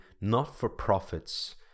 not-for-profits